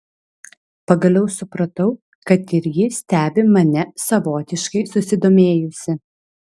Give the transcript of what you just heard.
pagaliau supratau kad ir ji stebi mane savotiškai susidomėjusi